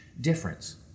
difference